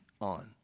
on